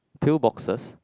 pill boxes